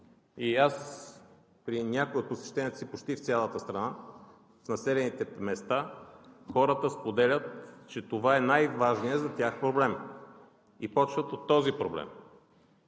и аз при някои от посещенията си в почти цялата страна, в населените места хората споделят, че това е най-важният за тях проблем, и започват от този проблем.